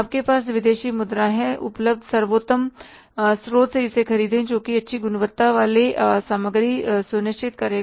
आपके पास विदेशी मुद्रा है उपलब्ध सर्वोत्तम स्रोत से इसे खरीदें जो अच्छी गुणवत्ता वाली सामग्री सुनिश्चित करेगा